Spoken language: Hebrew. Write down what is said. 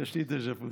יש לי דז'ה וו.